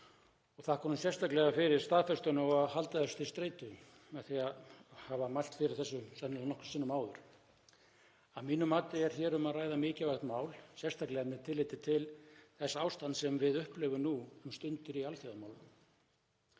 og þakka honum sérstaklega fyrir staðfestuna og fyrir það að halda þessu til streitu með því að hafa mælt fyrir þessu sennilega nokkrum sinnum áður. Að mínu mati er hér um að ræða mikilvægt mál, sérstaklega með tilliti til þess ástands sem við upplifum nú um stundir í alþjóðamálum.